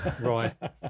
Right